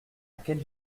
quelle